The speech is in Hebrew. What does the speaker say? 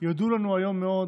יודו לנו היום מאוד,